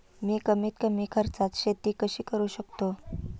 मी कमीत कमी खर्चात शेती कशी करू शकतो?